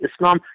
Islam